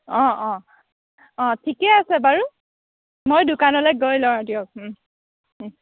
অ অ অ ঠিকে আছে বাৰু মই দোকানলৈ গৈ লওঁ দিয়ক ও ও